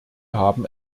haben